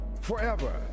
forever